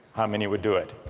how many would do it?